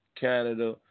Canada